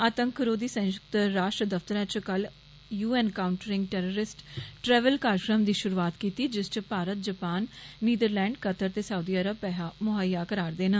आतंक रोधी संयुक्त राष्ट्र दफ्तरें च कल U N countering terrorist travel कार्जक्रम दी शुरूआत कीती जिस च भारत जापान नीदरलैंड कतर ते साउदी अरब पैहा मुहैया करा रदे न